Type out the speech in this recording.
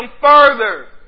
further